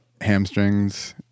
hamstrings